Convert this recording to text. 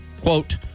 Quote